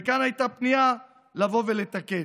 וכאן הייתה פנייה לבוא ולתקן.